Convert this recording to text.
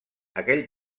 aquell